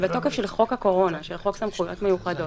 בתוקף של חוק הקורונה, של חוק סמכויות מיוחדות.